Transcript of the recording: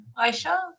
Aisha